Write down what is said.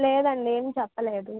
లేదు అండి ఏం చెప్పలేదు